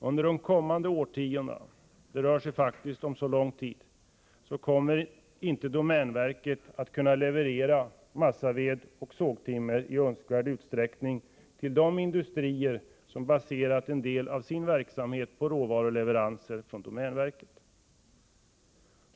Under de följande årtiondena — det rör sig faktiskt om så lång tid — kommer inte domänverket att kunna leverera massaved och sågtimmer i önskvärd utsträckning till de industrier som baserat en del av sin verksamhet på råvaruleveranser från domänverket.